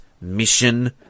mission